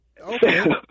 Okay